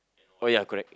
oh ya correct